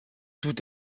tout